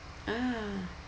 ah